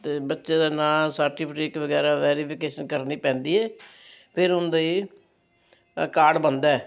ਅਤੇ ਬੱਚੇ ਦਾ ਨਾਂ ਸਰਟੀਫਿਕੇਟ ਵਗੈਰਾ ਵੈਰੀਫਿਕੇਸ਼ਨ ਕਰਨੀ ਪੈਂਦੀ ਹੈ ਫਿਰ ਉਹਨਾਂ ਦੇ ਕਾਰਡ ਬਣਦਾ